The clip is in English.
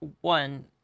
one